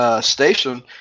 station